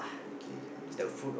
okay understand